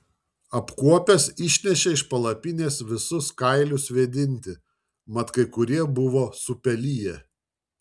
apkuopęs išnešė iš palapinės visus kailius vėdinti mat kai kurie buvo supeliję